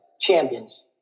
champions